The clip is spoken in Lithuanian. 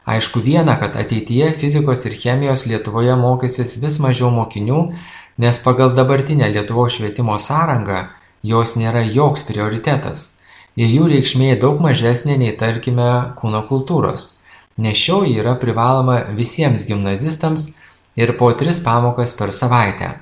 aišku viena kad ateityje fizikos ir chemijos lietuvoje mokysis vis mažiau mokinių nes pagal dabartinę lietuvos švietimo sąrangą jos nėra joks prioritetas ir jų reikšmė daug mažesnė nei tarkime kūno kultūros nes šioji yra privaloma visiems gimnazistams ir po tris pamokas per savaitę